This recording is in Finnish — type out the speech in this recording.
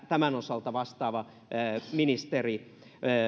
tämän osalta vastaava ministeri